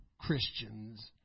Christians